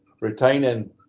retaining